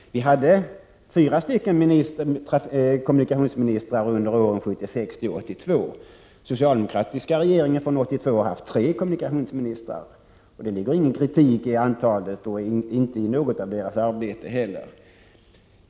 Vi hade fyra olika kommunikationsministrar under åren 1976-82. Den socialdemokratiska regeringen har sedan 1982 haft tre olika kommunikationsministrar. Det ligger inte någon kritik i mitt resonemang när jag nämner antalet, och inte heller kritiserar jag de olika ministrarnas arbete.